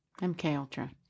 MKUltra